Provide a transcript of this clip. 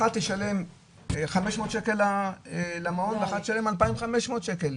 אחת תשלם חמש מאות שקל למעון ואחת תשלם אלפיים חמש מאות שקל,